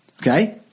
okay